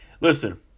listen